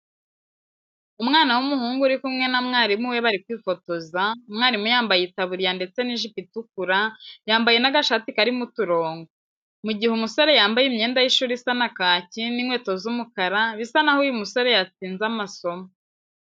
Umwana w'umuhungu uri kumwe na mwarimu we bari kwifotoza, umwarimu yambaye itaburiya ndetse n'ijipo itukura, yambaye n'agashati karimo uturongo. Mu gihe umusore yambaye imyenda y'ishuri isa na kaki, n'inkweto z'umukara, bisa naho uyu musore yatsinze amasomo.